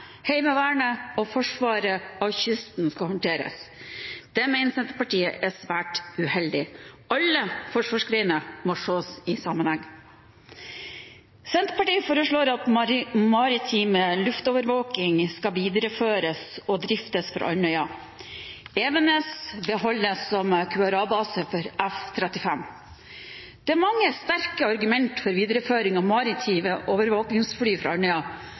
Heimevernet og forsvaret av kysten skal håndteres. Det mener Senterpartiet er svært uheldig. Alle forsvarsgrener må ses i sammenheng. Senterpartiet foreslår at maritim luftovervåking skal videreføres og driftes fra Andøya. Evenes beholdes som QRA-base for F-35. Det er mange sterke argumenter for videreføring av maritime overvåkingsfly fra Andøya, bl.a. for videreutvikling av Andøya Space Center og Andøya Test Center. Andøya